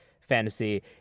fantasy